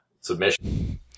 submission